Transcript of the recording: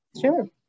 Sure